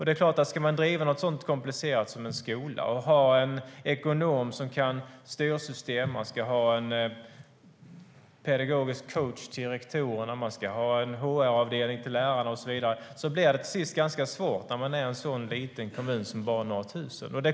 Det är klart att driften av något så komplicerat som en skola och att ha en ekonom som kan styrsystem, ha en pedagogisk coach till rektorerna, ha en HR-avdelning för lärarna och så vidare till sist blir ganska svårt för en liten kommun på bara några tusen invånare.